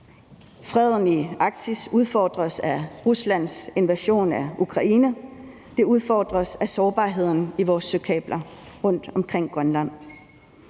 Freden i Arktis udfordres af Ruslands invasion af Ukraine, den udfordres af sårbarheden i vores søkabler rundtomkring Grønland.